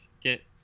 get